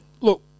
look